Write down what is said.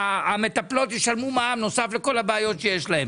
שהמטפלות ישלמו מע"מ נוסף לכל הבעיות שיש להם.